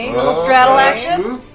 straddle action!